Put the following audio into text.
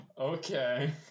Okay